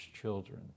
children